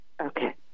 Okay